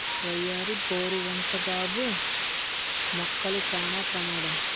వయ్యారి బోరు వంటి గాబు మొక్కలు చానా ప్రమాదం